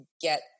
get